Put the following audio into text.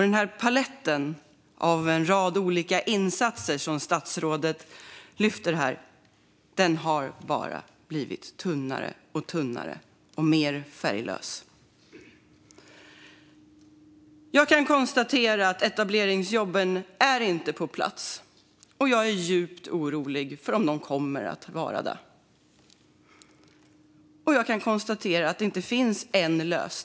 Den palett med en rad olika insatser som statsrådet lyfter har bara blivit tunnare och tunnare och mer färglös. Etableringsjobben är inte på plats, och jag är djupt orolig för att de inte heller kommer att komma på plats.